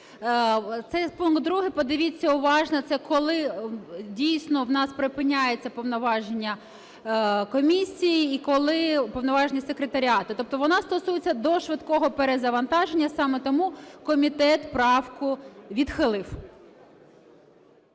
Цей пункт 2, подивіться уважно, це коли, дійсно, у нас припиняються повноваження комісії і коли повноваження секретаріату, тобто вона стосується дошвидкого перезавантаження. Саме тому комітет правку відхилив.